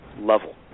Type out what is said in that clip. level